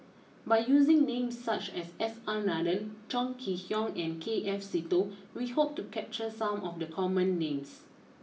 by using names such as S R Nathan Chong Kee Hiong and K F Seetoh we hope to capture some of the common names